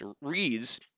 reads